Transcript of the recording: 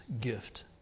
gift